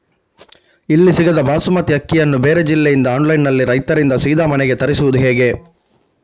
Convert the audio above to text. ಇಲ್ಲಿ ಸಿಗದ ಬಾಸುಮತಿ ಅಕ್ಕಿಯನ್ನು ಬೇರೆ ಜಿಲ್ಲೆ ಇಂದ ಆನ್ಲೈನ್ನಲ್ಲಿ ರೈತರಿಂದ ಸೀದಾ ಮನೆಗೆ ತರಿಸುವುದು ಹೇಗೆ?